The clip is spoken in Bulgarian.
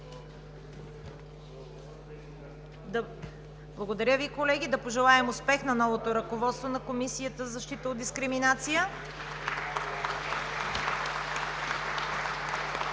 Благодаря Ви, колеги. Да пожелаем успех на новото ръководство на Комисията за защита от дискриминация.